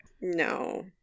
No